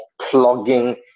plugging